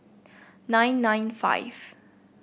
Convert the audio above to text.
nine nine five